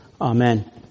Amen